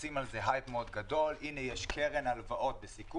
עושים על זה פרסום גדול מאוד: הנה יש קרן הלוואות בסיכון,